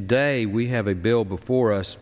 today we have a bill before us